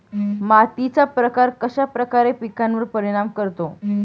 मातीचा प्रकार कश्याप्रकारे पिकांवर परिणाम करतो?